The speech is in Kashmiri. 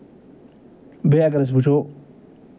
بیٚیہِ اَگر أسۍ وٕچھو